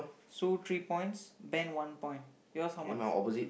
Sue three points Ben one point yours how much